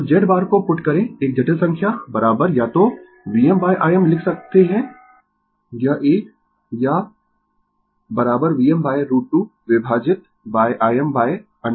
तो Z bar को put करें एक जटिल संख्या या तो Vm Im लिख सकते है यह एक या Vm√ 2 विभाजित Im√ 2 लिख सकते है